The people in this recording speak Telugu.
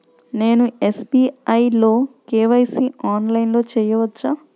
నేను ఎస్.బీ.ఐ లో కే.వై.సి ఆన్లైన్లో చేయవచ్చా?